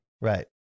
Right